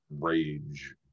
rage